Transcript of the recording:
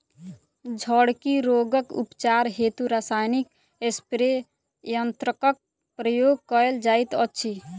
झड़की रोगक उपचार हेतु रसायनिक स्प्रे यन्त्रकक प्रयोग कयल जाइत अछि